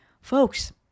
folks